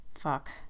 fuck